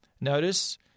Notice